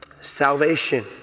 salvation